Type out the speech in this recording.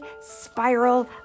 spiral